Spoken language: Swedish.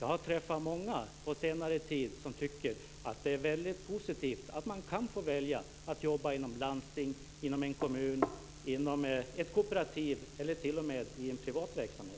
Jag har träffat många på senare tid som tycker att det är väldigt positivt att man kan få välja att jobba inom ett landsting, inom en kommun, inom ett kooperativ eller t.o.m. i en privat verksamhet.